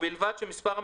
בבקשה.